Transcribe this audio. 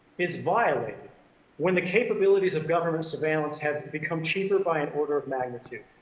is violated when the capabilities of government surveillance have become cheaper by an order of magnitude,